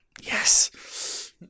Yes